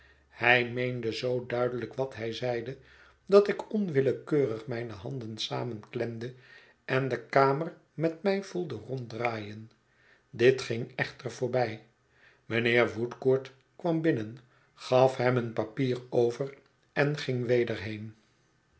hij meende zoo duidelijk wat hij zeide dat ik onwillekeurig mijne handen samenklemde en de kamer met mij voelde ronddraaien dit ging echter voorbij mijnheer woodcourt kwam binnen gaf hem een papier over en ging weder heen